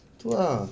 tu ah